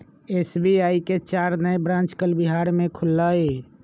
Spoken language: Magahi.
एस.बी.आई के चार नए ब्रांच कल बिहार में खुलय